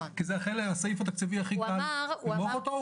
כי זה הסעיף התקציבי הכי קל למעוך אותו.